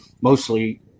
mostly